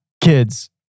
kids